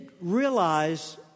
realize